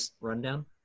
rundown